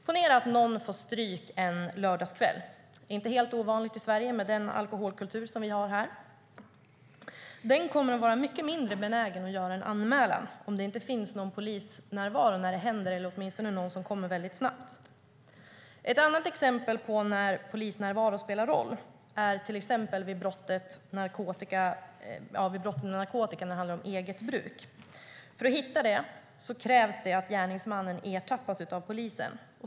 Ponera att någon får stryk en lördagskväll, vilket inte är helt ovanligt i Sverige med den alkoholkultur som vi har här. Denna person kommer att vara mycket mindre benägen att göra en anmälan om det inte finns någon polis närvarande när detta händer eller om det inte kommer någon mycket snabbt. Ett annat exempel på när polisnärvaro spelar roll är till exempel vid narkotikabrott när det handlar om narkotika för eget bruk. För att hitta det krävs det att gärningsmannen ertappas av polisen.